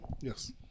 Yes